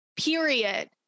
period